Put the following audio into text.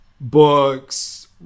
books